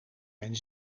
mijn